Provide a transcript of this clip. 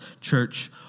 church